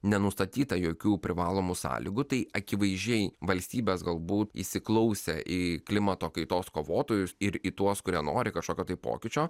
nenustatyta jokių privalomų sąlygų tai akivaizdžiai valstybės galbūt įsiklausę į klimato kaitos kovotojus ir į tuos kurie nori kažkokio tai pokyčio